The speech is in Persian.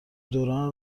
دوران